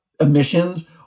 emissions